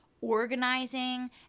organizing